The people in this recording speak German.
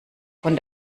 von